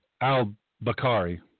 al-Bakari